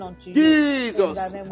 Jesus